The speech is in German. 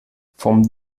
vom